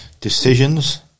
Decisions